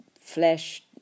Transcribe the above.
flesh